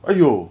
!aiyo!